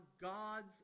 God's